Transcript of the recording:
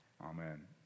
Amen